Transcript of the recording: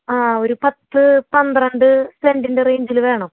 ആ ഒരു പത്ത് പന്ത്രണ്ട് സെൻറ്റിൻറ്റെ റേയ്ഞ്ചിൽ വേണം